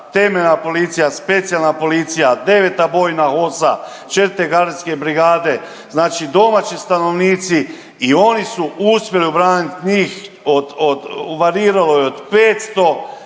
temeljna policija, Specijalna policija, 9. bojna HOS-a, 4. gardijske brigade, znači domaći stanovnici i oni su uspjeli obraniti njih od